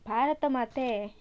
Bharat Mate